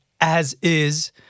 as-is